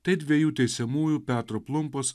tai dviejų teisiamųjų petro plumpos